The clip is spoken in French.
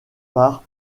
par